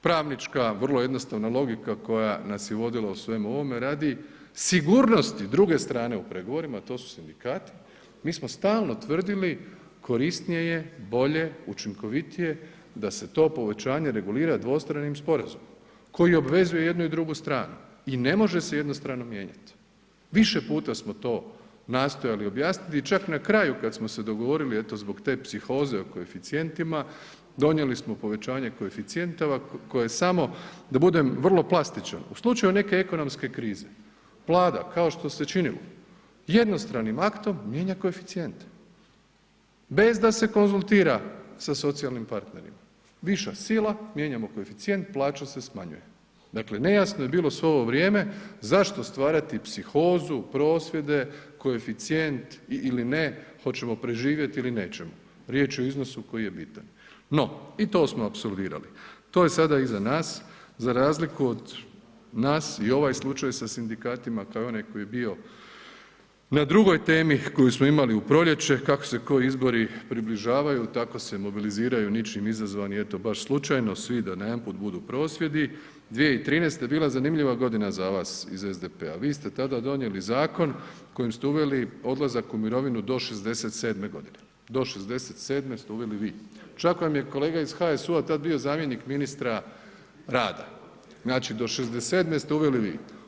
Pravnička vrlo jednostavna logika koja nas je vodila u svemu ovome radi sigurnosti druge strane u pregovorima, a to su sindikati, mi smo stalno tvrdili korisnije je, bolje, učinkovitije da se to povećanje regulira dvostranim sporazumom koji obvezuje i jednu i drugu stranu i ne može se jednostrano mijenjati, više puta smo to nastojali objasniti i čak na kraju kad smo se dogovorili eto zbog te psihoze o koeficijentima, donijeli smo povećanje koeficijentova koje samo, da budem vrlo plastičan, u slučaju neke ekonomske krize Vlada kao što se činilo, jednostranim aktom mijenja koeficijente bez da se konzultira sa socijalnim partnerima, viša sila, mijenjamo koeficijent, plaća se smanjuje, dakle nejasno je bilo svo ovo vrijeme zašto stvarati psihozu, prosvjede, koeficijent ili ne, hoćemo preživjeti ili nećemo, riječ je o iznosu koji je bitan, no i to smo apsolvirali, to je sada iza nas za razliku od nas i ovaj slučaj sa sindikatima kao i onaj koji je bio na drugoj temi koju smo imali u proljeće kako se koji izbori približavaju tako se mobiliziraju ničim izazvani eto baš slučajno svi da najedanput budu prosvjedi 2013. je bila zanimljiva godina za vas iz SDP-a, vi ste tada donijeli zakon kojim ste uveli odlazak u mirovinu do 67. godine, do 67. ste uveli vi, čak vam je kolega iz HSU-a tad bio zamjenik ministra rada, znači do 67. ste uveli vi.